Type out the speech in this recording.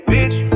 Bitch